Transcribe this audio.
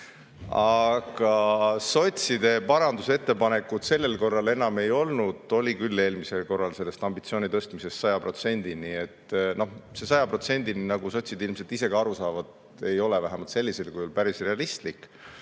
Aga sotside parandusettepanekut sellel korral enam ei olnud, oli küll [juttu] eelmisel korral sellest ambitsiooni tõstmisest 100%‑ni. Noh, see 100%-ni, nagu sotsid ilmselt ise ka aru saavad, ei ole vähemalt sellisel kujul päris realistlik.